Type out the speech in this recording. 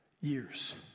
years